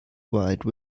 wide